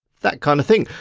that kind of thing.